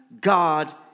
God